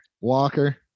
Walker